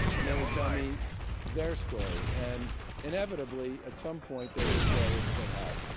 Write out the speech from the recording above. and they would tell me their story. and inevitably, at some point, they would say, it's been hell.